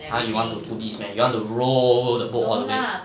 !huh! you want to do this meh you want to row the boat all the way